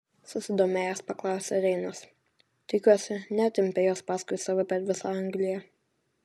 susidomėjęs paklausė reinas tikiuosi netempei jos paskui save per visą angliją